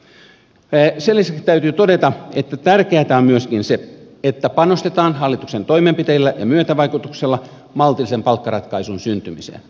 sen lisäksi täytyy todeta että tärkeätä on myöskin se että panostetaan hallituksen toimenpiteillä ja myötävaikutuksella maltillisen palkkaratkaisun syntymiseen